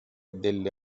delle